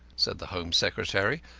said the home secretary,